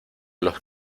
los